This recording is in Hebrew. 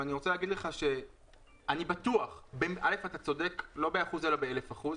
ואני רוצה להגיד שאתה צודק לא באחוז אלא באלף אחוז,